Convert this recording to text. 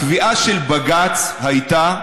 הקביעה של בג"ץ הייתה,